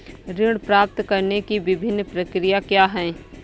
ऋण प्राप्त करने की विभिन्न प्रक्रिया क्या हैं?